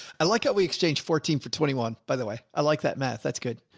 i like how we exchanged fourteen for twenty one, by the way. i like that math that's good.